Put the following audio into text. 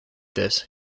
this